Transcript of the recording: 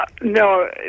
no